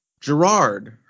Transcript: Gerard